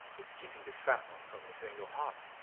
it's keeping the shrapnel from entering your heart.